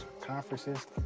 conferences